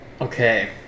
Okay